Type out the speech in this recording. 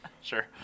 Sure